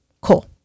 Cool